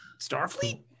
Starfleet